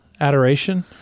adoration